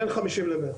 בין 50 ל-100.